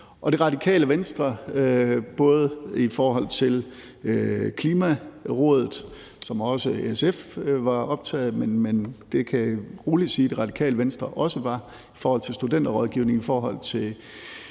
nævne Radikale Venstre i forhold til Klimarådet, som også SF var optaget af, men det kan man roligt sige Radikale Venstre også er, og også i forhold til studenterrådgivning og